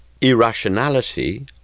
irrationality